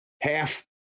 half